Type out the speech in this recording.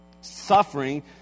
Suffering